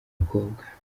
mukobwa